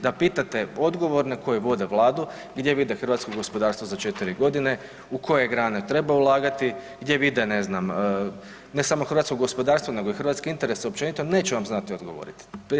Da pitate odgovorne koji vode vladu gdje vide hrvatsko gospodarstvo za 4.g., u koje grane treba ulagati, gdje vide, ne znam, ne samo hrvatsko gospodarstvo nego i hrvatske interese općenito, neće vam znati odgovoriti.